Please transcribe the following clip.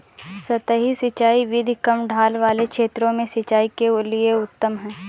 सतही सिंचाई विधि कम ढाल वाले क्षेत्रों में सिंचाई के लिए उत्तम है